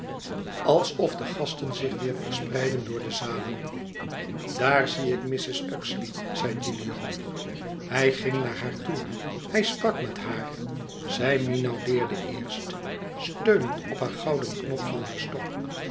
alsof de gasten zich weêr verspreidden door de zalen daar zie ik mrs uxeley zei gilio hij ging naar haar toe hij sprak met haar zij minaudeerde eerst steunend op den gouden knop van haar stok